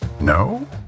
No